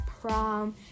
prom